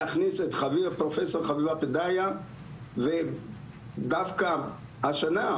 להכניס את פרופסור חביבה פדיה ודווקא השנה,